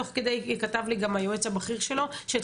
תוך כדי כתב לי גם היועץ הבכיר שלו שאת